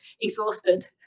exhausted